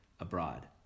abroad